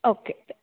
okay